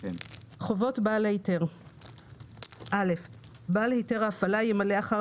14לג.חובות בעל היתר בעל היתר ההפעלה ימלא אחר